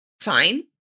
fine